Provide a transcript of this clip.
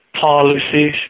policies